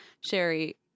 Sherry